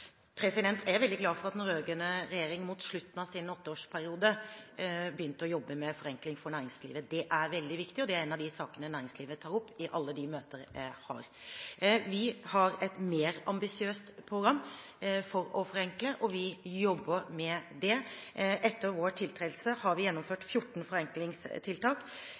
Jeg er veldig glad for at den rød-grønne regjeringen mot slutten av sin åtteårsperiode begynte å jobbe med forenkling for næringslivet. Det er veldig viktig, og det er en av de sakene næringslivet tar opp i alle de møtene jeg har. Vi har et mer ambisiøst program for å forenkle, og vi jobber med det. Etter vår tiltredelse har vi gjennomført 14 forenklingstiltak,